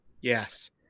Yes